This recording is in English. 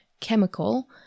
chemical